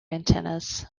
antennas